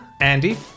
Andy